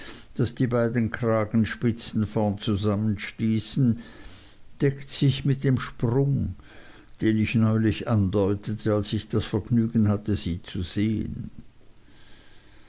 daß die beiden kragenspitzen vorn zusammenstießen deckt sich mit dem sprung den ich neulich andeutete als ich das vergnügen hatte sie zu sehen